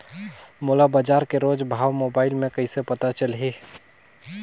मोला बजार के रोज भाव मोबाइल मे कइसे पता चलही?